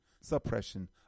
suppression